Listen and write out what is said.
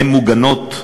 הן מוגנות,